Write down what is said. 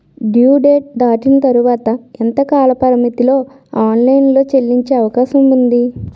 Due date దాటిన తర్వాత ఎంత కాలపరిమితిలో ఆన్ లైన్ లో చెల్లించే అవకాశం వుంది?